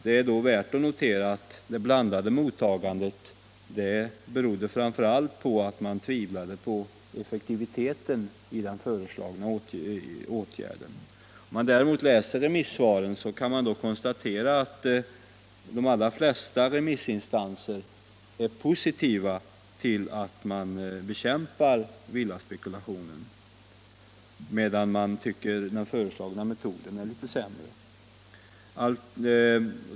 Det är då värt att notera att det blandade mottagandet framför allt berodde på att man tvivlar på effektiviteten av de föreslagna åtgärderna. Av remissvaren kan man konstatera att de allra Nesta remissinstanser är positiva till att man bekämpar villaspekulationen, medan man tycker att den föreslagna metoden inte är så bra.